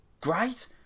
Great